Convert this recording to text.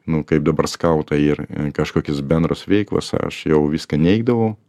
nu kaip dabar skautai ir kažkokios bendros veiklos aš jau viską neigdavau